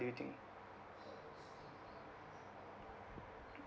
think